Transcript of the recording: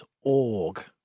org